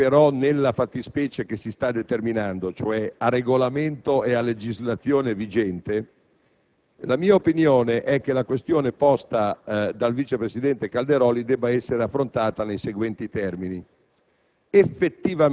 Anche però nella fattispecie che si sta determinando, cioè a Regolamento e a legislazione vigente, la mia opinione è che la questione posta dal vice presidente Calderoli debba essere affrontata nei seguenti termini.